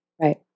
Right